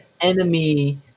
enemy